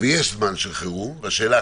ויש זמן של חירום, והשאלה